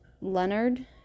leonard